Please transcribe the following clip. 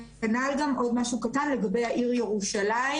עוד משהו קטן, לגבי העיר ירושלים,